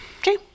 Okay